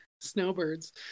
Snowbirds